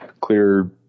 clear